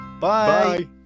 Bye